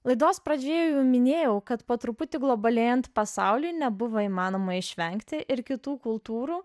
laidos pradžioje jau minėjau kad po truputį globalėjant pasauliui nebuvo įmanoma išvengti ir kitų kultūrų